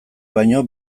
baino